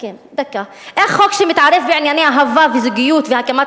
איך חוק שמתערב בענייני אהבה וזוגיות והקמת